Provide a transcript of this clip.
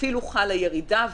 אפילו חלה ירידה,